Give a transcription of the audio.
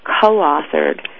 co-authored